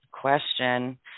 question